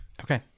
Okay